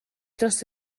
dros